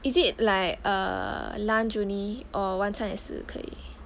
is it like err lunch only or 晚餐也是可以